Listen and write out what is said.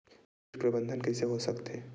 कीट प्रबंधन कइसे हो सकथे?